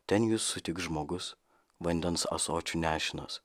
ten jus sutiks žmogus vandens ąsočiu nešinas